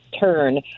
turn